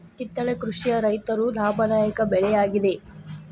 ಕಿತ್ತಳೆ ಕೃಷಿಯ ರೈತರು ಲಾಭದಾಯಕ ಬೆಳೆ ಯಾಗಿದೆ